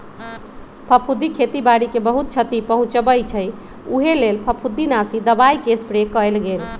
फफुन्दी खेती बाड़ी के बहुत छति पहुँचबइ छइ उहे लेल फफुंदीनाशी दबाइके स्प्रे कएल गेल